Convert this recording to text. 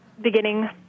beginning